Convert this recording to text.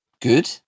good